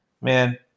Man